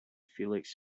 felix